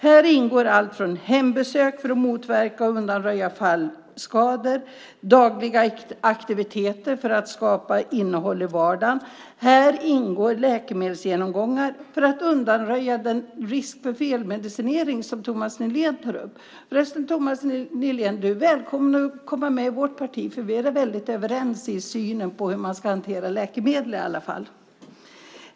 Här ingår allt från hembesök för att motverka och undanröja fallskador till dagliga aktiviteter för att skapa innehåll i vardagen samt läkemedelsgenomgångar för att undanröja den risk för felmedicinering som Thomas Nihlén tar upp. Thomas Nihlén är välkommen att komma med i vårt parti, för vi är väldigt överens åtminstone i synen på hur man ska hantera läkemedel.